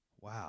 Wow